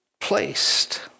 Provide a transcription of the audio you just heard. placed